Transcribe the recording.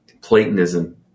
Platonism